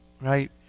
right